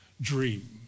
dream